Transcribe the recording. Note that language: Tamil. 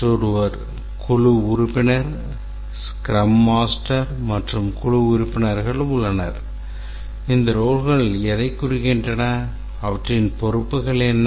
மற்றொரு குழு உறுப்பினர் ஸ்க்ரம் மாஸ்டர் பின்னர் குழு உறுப்பினர்கள் உள்ளனர் இந்த ரோல்கள் எதைக் குறிக்கின்றன அவற்றின் பொறுப்புகள் என்ன